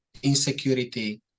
insecurity